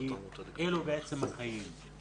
אלה בעצם החיים.